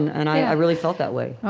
and i really felt that way.